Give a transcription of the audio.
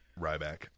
Ryback